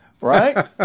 Right